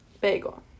Bagel